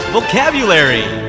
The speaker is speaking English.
Vocabulary